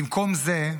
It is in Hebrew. במקום זה,